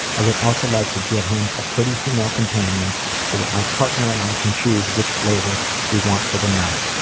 i would also like to get him a pretty female companion so that my partner and i can choose which flavor we want for the night.